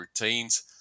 routines